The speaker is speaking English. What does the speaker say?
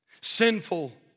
sinful